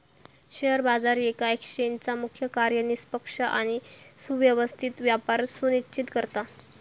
share बाजार येका एक्सचेंजचा मुख्य कार्य निष्पक्ष आणि सुव्यवस्थित व्यापार सुनिश्चित करता